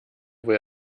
wohl